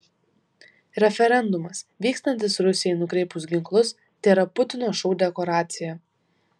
referendumas vykstantis rusijai nukreipus ginklus tėra putino šou dekoracija